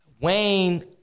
Wayne